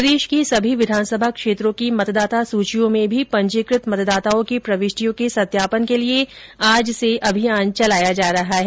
प्रदेश के सभी विधानसभा क्षेत्रों की मतदाता सूचियों में भी पंजीकृत मतदाताओं की प्रविष्टियों के सत्यापन के लिए आज से अभियान चलाया जा रहा है